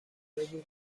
بگو